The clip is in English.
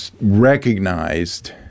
recognized